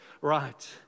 right